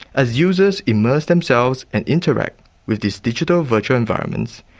as users immerse themselves and interact with these digital virtual environments,